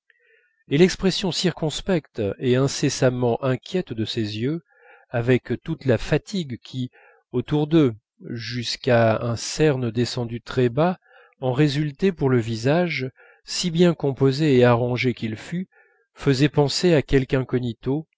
et l'expression circonspecte et incessamment inquiète de ces yeux avec toute la fatigue qui autour d'eux jusqu'à un cerne descendu très bas en résultait pour le visage si bien composé et arrangé qu'il fût faisait penser à quelque